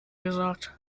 gesagt